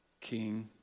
king